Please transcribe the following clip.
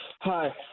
Hi